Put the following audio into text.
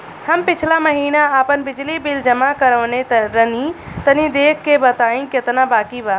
हम पिछला महीना आपन बिजली बिल जमा करवले रनि तनि देखऽ के बताईं केतना बाकि बा?